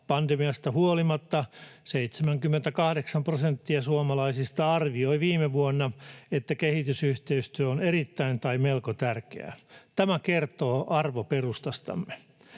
Pandemiasta huolimatta 78 prosenttia suomalaisista arvioi viime vuonna, että kehitysyhteistyö on erittäin tai melko tärkeää. Tämä kertoo arvoperustastamme.